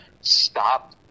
stop